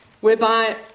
Whereby